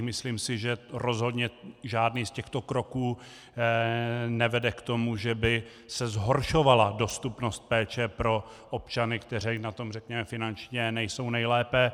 Myslím si, že rozhodně žádný z těchto kroků nevede k tomu, že by se zhoršovala dostupnost péče pro občany, kteří na tom, řekněme, finančně nejsou nejlépe.